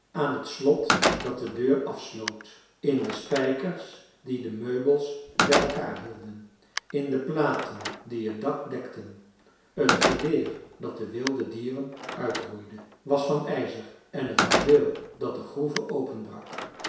aan het slot dat de deur afsloot in de spijkers die de meubels bij elkaar hielden in de platen die het dak dekten t geweer dat de wilde dieren uitroeide was van ijzer en het houweel dat de groeve